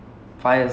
mm